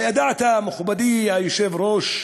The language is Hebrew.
הידעת, מכובדי היושב-ראש,